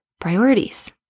priorities